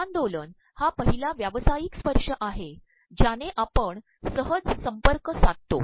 हस्त्तांदोलन हा पद्रहला व्यावसातयक स्त्पशय आहे ज्याने आपण सहज संपकय साधतो